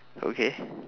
okay